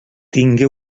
tingué